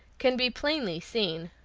can be plainly seen.